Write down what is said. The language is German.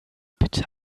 bitte